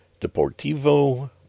Deportivo